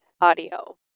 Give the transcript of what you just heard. audio